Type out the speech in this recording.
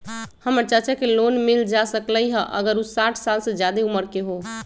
हमर चाचा के लोन मिल जा सकलई ह अगर उ साठ साल से जादे उमर के हों?